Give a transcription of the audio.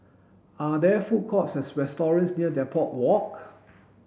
are there food courts or restaurants near Depot Walk